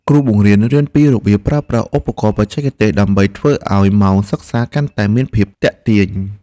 គ្រូបង្រៀនរៀនពីរបៀបប្រើប្រាស់ឧបករណ៍បច្ចេកទេសដើម្បីធ្វើឱ្យម៉ោងសិក្សាកាន់តែមានភាពទាក់ទាញ។